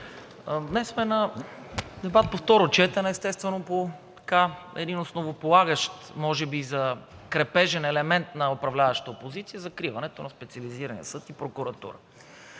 Днес сме на дебат по второ четене, естествено, по един основополагащ, може би крепежен елемент на управляващата опозиция – закриването на Специализирания съд и прокуратура.